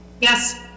Yes